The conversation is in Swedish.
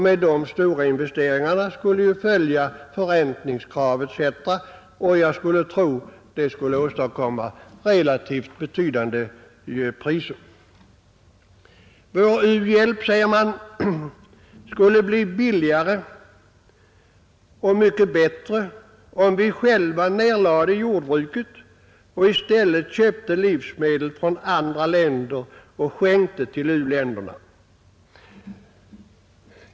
Med dessa stora investeringar skulle ju följa förräntningskrav etc., och jag skulle tro att det skulle åstadkomma relativt betydande priser. Vår u-hjälp, säger man, skulle bli billigare och mycket bättre om vi själva nedlade jordbruk och i stället köpte livsmedel från andra länder och skänkte till u-länderna.